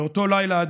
באותו לילה,